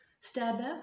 stabber